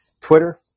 Twitter